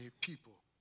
people